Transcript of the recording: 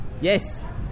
Yes